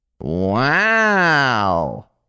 Wow